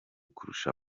kurusha